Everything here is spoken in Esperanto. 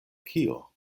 kio